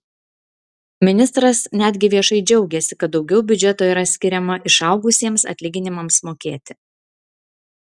ministras netgi viešai džiaugėsi kad daugiau biudžeto yra skiriama išaugusiems atlyginimams mokėti